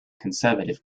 conservative